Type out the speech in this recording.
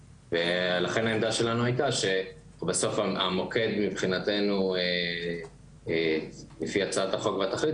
לכן העמדה שלנו הייתה שבסוף המוקד מבחינתנו לפי הצעת החוק והתכלית